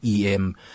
EM